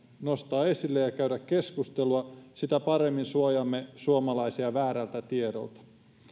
nostaa esille ja käydä keskustelua sitä paremmin suojaamme suomalaisia väärältä tiedolta